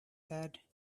said